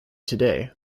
today